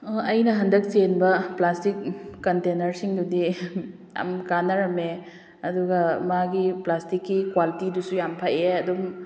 ꯑꯩꯅ ꯍꯟꯗꯛ ꯆꯦꯟꯕ ꯄ꯭ꯂꯥꯁꯇꯤꯛ ꯀꯟꯇꯟꯁꯤꯡꯗꯨꯗꯤ ꯌꯥꯝꯅ ꯀꯥꯟꯅꯔꯝꯃꯦ ꯑꯗꯨꯒ ꯃꯥꯒꯤ ꯄ꯭ꯂꯥꯁꯇꯤꯛꯀꯤ ꯀ꯭ꯋꯥꯂꯤꯇꯤꯗꯨꯁꯨ ꯌꯥꯝꯅ ꯐꯩꯌꯦ ꯑꯗꯨꯝ